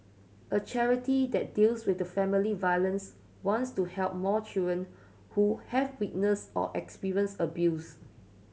a charity that deals with family violence wants to help more children who have witnessed or experienced abuse